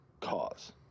cause